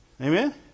Amen